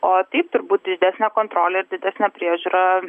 o taip turbūt didesnę kontrolę ir didesnę priežiūrą